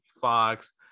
Fox